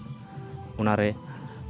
ᱚᱱᱟᱨᱮ